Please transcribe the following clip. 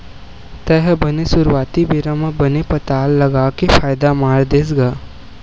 तेहा बने सुरुवाती बेरा म बने पताल लगा के फायदा मार देस गा?